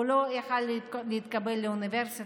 הוא לא היה יכול להתקבל לאוניברסיטה.